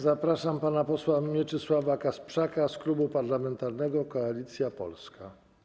Zapraszam pana posła Mieczysława Kasprzaka z Klubu Parlamentarnego Koalicja Polska.